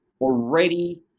already